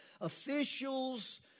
officials